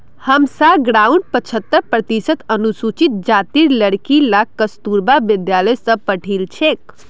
हमसार गांउत पछहत्तर प्रतिशत अनुसूचित जातीर लड़कि ला कस्तूरबा विद्यालय स पढ़ील छेक